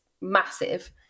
massive